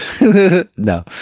No